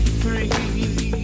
free